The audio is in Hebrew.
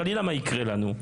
חלילה מה יקרה לנו.